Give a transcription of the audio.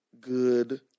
good